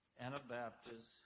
Anabaptists